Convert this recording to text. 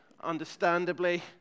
understandably